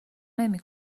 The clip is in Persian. نمی